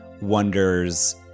wonders